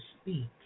speak